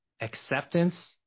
acceptance